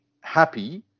happy